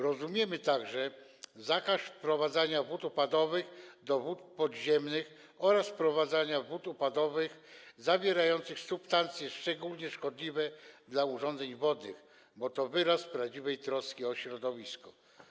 Rozumiemy także zakaz wprowadzania wód opadowych do wód podziemnych oraz wprowadzania wód opadowych zawierających substancje szczególnie szkodliwe do urządzeń wodnych, bo to wyraz prawdziwej troski o środowisko.